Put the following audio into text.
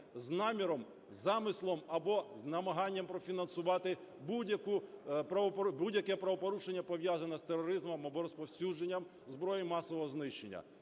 з наміром, замислом або з намаганням профінансувати будь-яке правопорушення, пов'язане з тероризмом або розповсюдженням зброї масового знищення.